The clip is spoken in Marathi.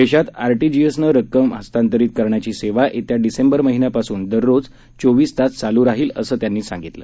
देशात आरटीजीएसनं रक्कम हस्तांतरीत करण्याची सेवा येत्या डिसेंबर महिन्यापासून दररोज चोवीस तास चालू राहणार आहे असं त्यांनी सांगितलं